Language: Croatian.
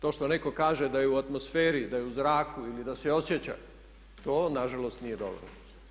To što netko kaže da je u atmosferi, da je u zraku ili da se osjeća to nažalost nije dovoljno.